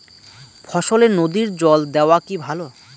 ফসলে নদীর জল দেওয়া কি ভাল?